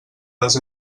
les